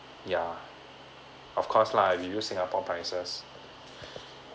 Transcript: ya of course lah you use singapore prices